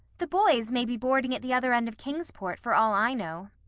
the boys may be boarding at the other end of kingsport, for all i know,